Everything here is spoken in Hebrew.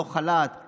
לא חל"ת,